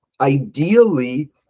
Ideally